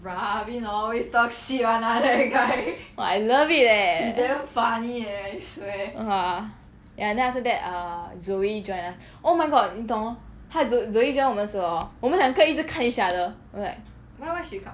!wah! I love it eh !wah! ya then after that err zoey join us oh my god 你懂 orh 她 zoey join 我们的时候 orh 我们两个一直看 each other we were like